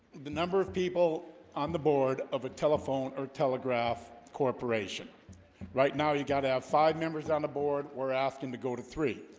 the number of people on the board of a telephone or telegraph corporation right now you've got to have five members on the board or asking to go to three.